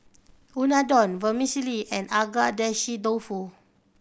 Unadon Vermicelli and Agedashi Dofu